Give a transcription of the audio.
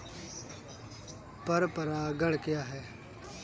पर परागण क्या है?